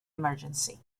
emergency